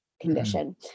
condition